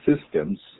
systems